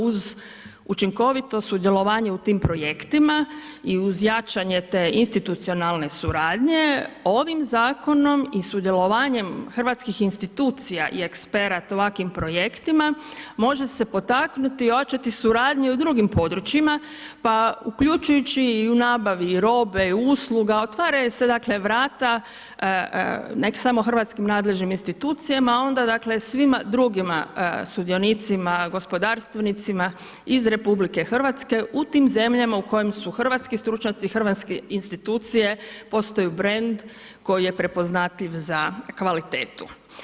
Uz učinkovito sudjelovanje u tim projektima i uz jačanje te institucionalne suradnje, ovim zakonom i sudjelovanje hrvatskih institucija i eksperta u ovakvim projektima, može se potaknuti i ojačati suradnju u drugim područjima, pa i uključujući u nabavi i robe i usluga, otvaraju se dakle, vrata, ne samo hrvatskim nadležnim institucijama, onda svima drugima sudionicima gospodarstvenicima iz RH, u tim zemljama, u kojem su hrvatski stručnjaci, hrvatske institucije, postoji brend koji je prepoznatljiv za kvalitetu.